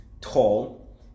tall